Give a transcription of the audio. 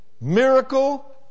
Miracle